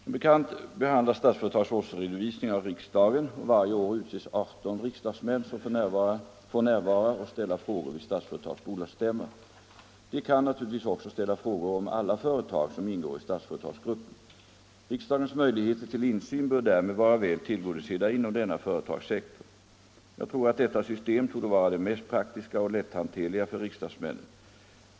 Som bekant behandlas Statsföretags årsredovisning av riksdagen, och varje år utses 18 riksdagsmän, som får närvara och ställa frågor vid Stats | företags bolagsstämma. De kan naturligtvis också ställa frågor om alla företag som ingår i Statsföretagsgruppen. Riksdagens möjligheter till insyn bör därmed vara väl tillgodosedda inom denna företagssektor. Jag tror att detta system torde vara det mest praktiska och lätthanterliga | för riksdagsmännen.